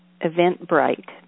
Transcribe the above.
Eventbrite